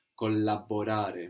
Collaborare